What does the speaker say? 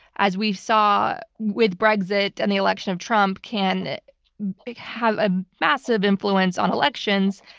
as we saw with brexit and the election of trump, can have a massive influence on elections.